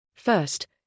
First